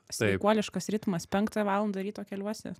sveikuoliškas ritmas penktą valandą ryto keliuosi